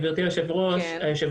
גברתי היושבת ראש,